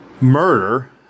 murder